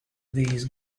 these